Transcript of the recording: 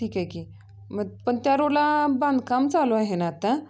ठीक आहे की मग पण त्या रोडला बांधकाम चालू आहे ना आता